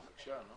בבקשה.